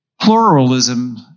Pluralism